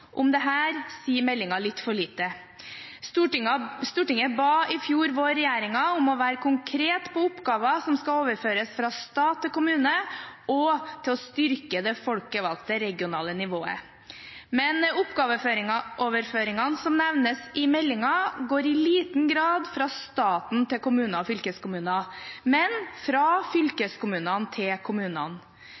Om dette sier meldingen litt for lite. Stortinget ba i fjor vår regjeringen om å være konkret på oppgaver som skal overføres fra stat til kommune, og om å styrke det folkevalgte regionale nivået. Men oppgaveoverføringene som nevnes i meldingen, går i liten grad fra staten til kommuner og fylkeskommuner, men fra fylkeskommunene til kommunene.